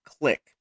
Click